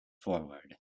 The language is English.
forward